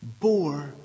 bore